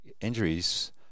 injuries